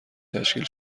تشکیل